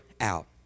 out